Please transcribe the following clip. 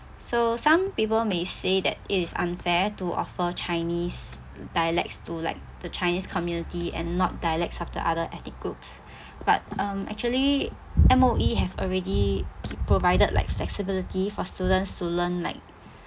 so some people may say that it is unfair to offer chinese dialects to like the chinese community and not dialects of the other ethnic groups but um actually M_O_E have already provided like flexibility for students to learn like